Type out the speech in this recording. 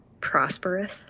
prospereth